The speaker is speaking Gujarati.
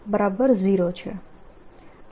B0 છે